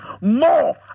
more